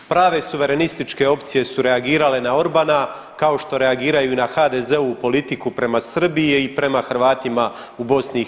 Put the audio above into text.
Prave suverenističke opcije su reagirale na Orbana kao što i reagiraju na HDZ-ovu politiku prema Srbiji i prema Hrvatima u BiH.